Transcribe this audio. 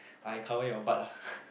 I cover your butt lah